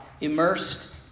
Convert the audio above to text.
Immersed